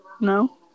No